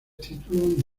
título